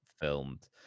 filmed